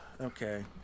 okay